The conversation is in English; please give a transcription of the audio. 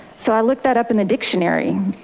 so i looked that up in the dictionary,